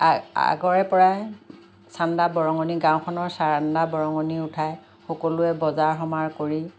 আগৰে পৰাই চান্দা বৰঙণি গাঁওখনৰ চান্দা বৰঙণি উঠাই সকলোৱে বজাৰ সমাৰ কৰি